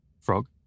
Frog